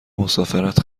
مسافرت